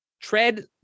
tread